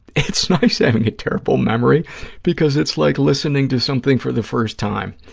it's nice having a terrible memory because it's like listening to something for the first time.